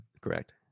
Correct